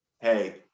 hey